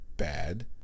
bad